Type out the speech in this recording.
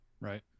Right